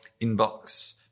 inbox